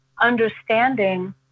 understanding